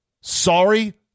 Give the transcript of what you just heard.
Sorry